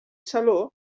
saló